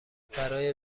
برای